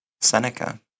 Seneca